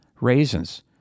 raisins